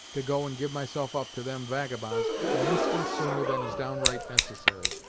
to go and give myself up to them vagabonds, an instant sooner than is downright necessary.